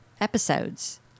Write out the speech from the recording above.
episodes